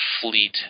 fleet